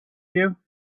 you